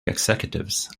executives